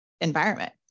environment